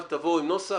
תבואו עם נוסח,